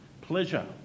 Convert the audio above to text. pleasure